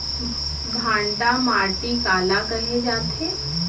भांटा माटी काला कहे जाथे?